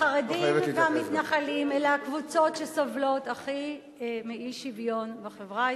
החרדים והערבים אלה הקבוצות שהכי סובלות מאי-שוויון בחברה הישראלית,